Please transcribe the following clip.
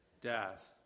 Death